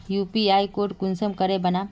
UPI code कुंसम करे बनाम?